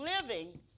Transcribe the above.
living